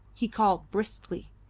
he called briskly,